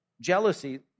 Jealousy